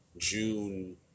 June